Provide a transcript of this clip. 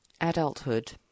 adulthood